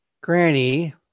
Granny